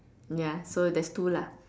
ya so there's two lah